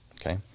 okay